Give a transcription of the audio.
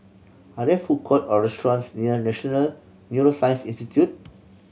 are there food court or restaurants near National Neuroscience Institute